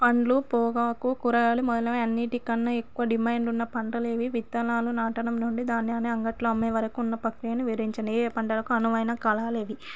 పండ్లు పోగాకు కూరగాయలు మొదలైనవి అన్నిటికన్నా ఎక్కువ డిమాండ్ ఉన్న పంటలేవి విత్తనాలు నాటడం నుండి దాన్ని అనే అంగట్లో అమ్మే వరకు ఉన్న ప్రక్రియను వివరించండి ఏ ఏ పండుగలకు అనువైన కాలాలేవి